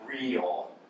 real